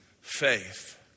faith